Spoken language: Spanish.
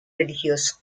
religioso